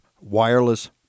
wireless